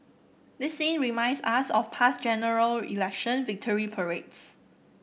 this scene reminds us of past General Election victory parades